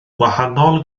gwahanol